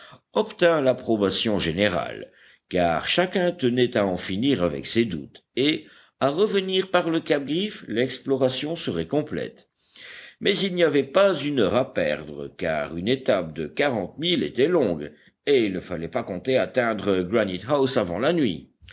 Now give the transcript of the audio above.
obtint l'approbation générale car chacun tenait à en finir avec ses doutes et à revenir par le cap griffe l'exploration serait complète mais il n'y avait pas une heure à perdre car une étape de quarante milles était longue et il ne fallait pas compter atteindre granite house avant la nuit